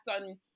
on